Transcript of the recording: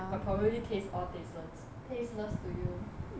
probably taste all tasteless tasteless to you